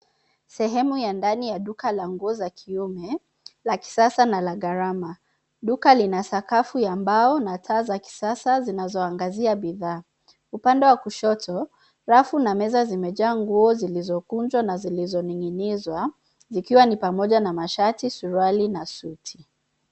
Sehemu ya ndani ya duka ya nguo ya kiume la kisasa na la gharama .Duka lina sakafu ya mbao na taa za kisasa zinazoagazia bidhaa. Upande wa kushoto rafu na meza zimejaa nguo zilizokunjwa na zilizoning'inizwa ikiwa ni pamoja na mashati, suruali na suti.